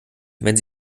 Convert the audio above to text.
wenn